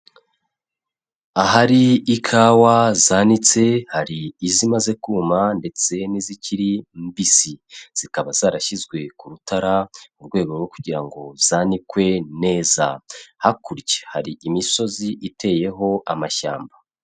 Ahari ikawa zanitse hari izimaze kuma ndetse n'izikiri mbisi, zikaba zarashyizwe ku rutara mu rwego rwo kugira ngo zanikwe neza, hakurya hari imisozi iteyeho amashyamba.